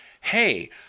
hey